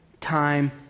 time